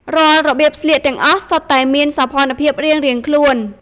រាល់របៀបស្លៀកទាំងអស់សុទ្ធតែមានសោភ័ណភាពរៀងៗខ្លួន។